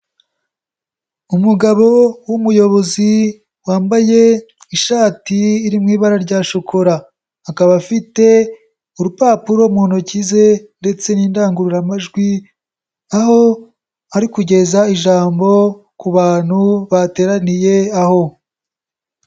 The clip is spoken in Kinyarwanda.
Umugabo w'umuyobozi wambaye ishati iri mu ibara rya shokora, akaba afite urupapuro mu ntoki ze ndetse n'indangururamajwi aho ari kugeza ijambo ku bantu bateraniye aho.